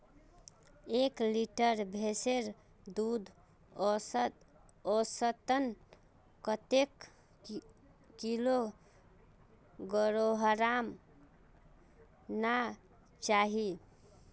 एक लीटर भैंसेर दूध औसतन कतेक किलोग्होराम ना चही?